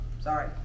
sorry